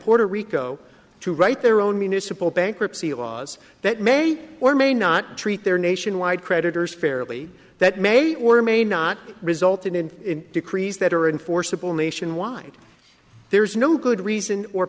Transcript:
puerto rico to write their own municipal bankruptcy laws that may or may not treat their nationwide creditors fairly that may or may not result in decrees that are enforceable nationwide there's no good reason or